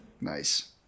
Nice